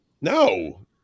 No